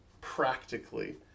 practically